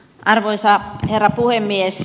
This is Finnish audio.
arvoisa herra puhemies